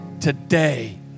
today